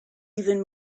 even